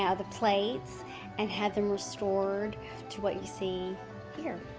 yeah the plates and had them restored to what you see here.